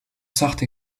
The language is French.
sarthe